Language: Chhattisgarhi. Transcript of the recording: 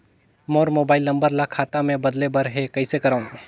मोर मोबाइल नंबर ल खाता मे बदले बर हे कइसे करव?